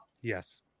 Yes